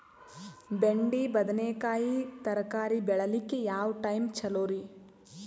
ಬೆಂಡಿ ಬದನೆಕಾಯಿ ತರಕಾರಿ ಬೇಳಿಲಿಕ್ಕೆ ಯಾವ ಟೈಮ್ ಚಲೋರಿ?